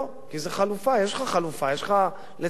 יש לך חלופה.